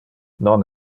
non